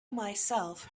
myself